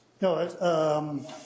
no